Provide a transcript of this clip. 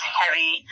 heavy